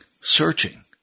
searching